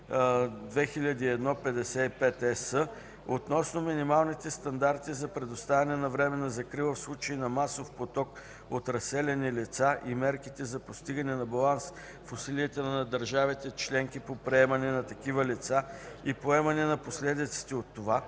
2001/55/ЕС относно минималните стандарти за предоставяне на временна закрила в случай на масов поток от разселени лица и мерките за постигане на баланс в усилията на държавите членки по приемане на такива лица и поемане на последиците от това